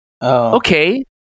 okay